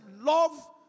love